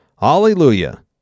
Hallelujah